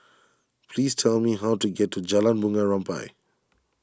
please tell me how to get to Jalan Bunga Rampai